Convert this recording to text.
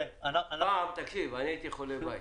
פעם הייתי חולה בית,